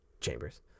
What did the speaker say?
chambers